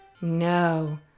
No